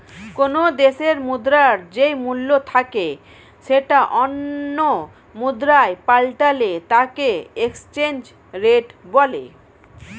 কোনো দেশের মুদ্রার যেই মূল্য থাকে সেটা অন্য মুদ্রায় পাল্টালে তাকে এক্সচেঞ্জ রেট বলে